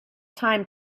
time